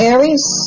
Aries